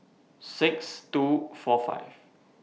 six two four five